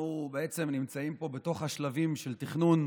אנחנו בעצם נמצאים פה בתוך השלבים של תכנון